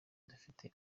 dufite